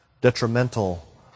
detrimental